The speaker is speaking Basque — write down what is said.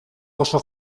oso